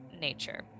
nature